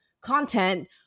content